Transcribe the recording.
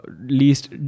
least